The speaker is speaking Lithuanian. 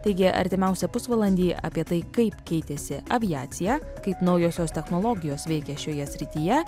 taigi artimiausią pusvalandį apie tai kaip keitėsi aviacija kaip naujosios technologijos veikia šioje srityje